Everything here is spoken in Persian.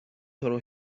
تورو